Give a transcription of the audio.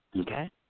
Okay